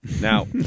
Now